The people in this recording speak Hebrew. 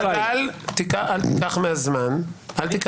אז אל תיקח מהזמן.